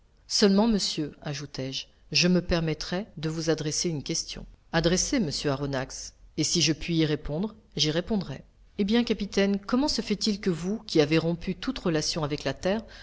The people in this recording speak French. seulement monsieur ajoutai-je je me permettrai de vous adresser une question adressez monsieur aronnax et si je puis y répondre j'y répondrai eh bien capitaine comment se fait-il que vous qui avez rompu toute relation avec la terre